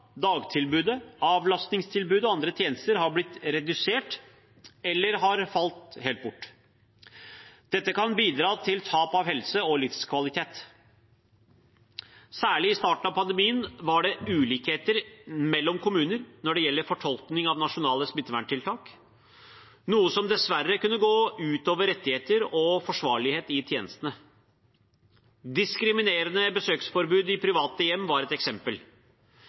dagtilbudet, avlastningstilbudet og andre tjenester har blitt redusert eller har falt helt bort. Dette kan bidra til tap av helse og livskvalitet. Særlig i starten av pandemien var det ulikheter mellom kommunene når det gjelder fortolkning av nasjonale smitteverntiltak, noe som dessverre kunne gå ut over rettigheter og forsvarlighet i tjenestene. Diskriminerende besøksforbud i private hjem var ett eksempel,